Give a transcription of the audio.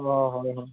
অঁ হয় হয়